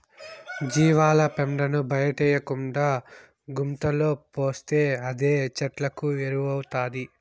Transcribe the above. జీవాల పెండను బయటేయకుండా గుంతలో పోస్తే అదే చెట్లకు ఎరువౌతాది